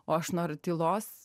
o aš noriu tylos